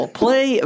play